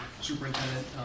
superintendent